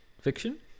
Fiction